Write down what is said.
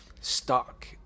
stuck